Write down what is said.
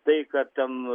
tai kad ten